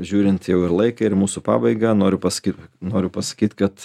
žiūrint jau ir į laiką ir į mūsų pabaiga noriu pasakyt noriu pasakyt kad